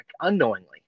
unknowingly